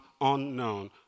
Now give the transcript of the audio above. unknown